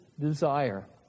desire